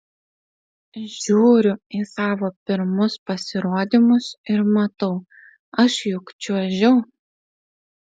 žiūriu į savo pirmus pasirodymus ir matau aš juk čiuožiau